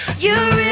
you